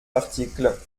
l’article